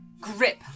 grip